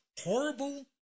Horrible